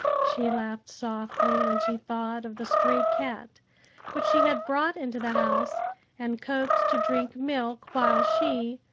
she laughed softly when she thought of the stray cat which she had brought into the house and coaxed to drink milk while she,